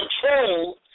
control